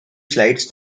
slides